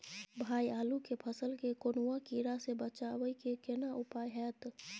भाई आलू के फसल के कौनुआ कीरा से बचाबै के केना उपाय हैयत?